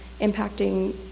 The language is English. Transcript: impacting